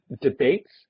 debates